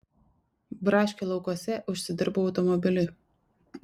braškių laukuose užsidirbau automobiliui